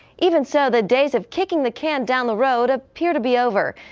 even so, the days of kicking the can down the road appear to be over.